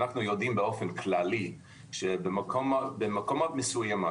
אנחנו יודעים באופן כללי שבמקומות מסוימים